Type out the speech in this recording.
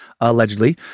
allegedly